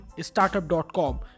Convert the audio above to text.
Startup.com